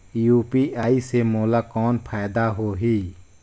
UPI से मोला कौन फायदा होही?